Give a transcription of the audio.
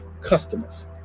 customers